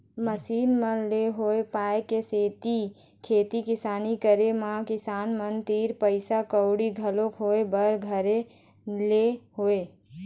machine मन ले होय पाय के सेती खेती किसानी के करे म किसान मन तीर पइसा कउड़ी घलोक होय बर धर ले हवय